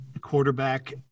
quarterback